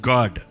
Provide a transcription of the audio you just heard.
God